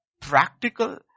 practical